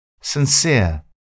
sincere